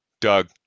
doug